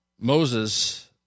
Moses